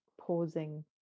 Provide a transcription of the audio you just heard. pausing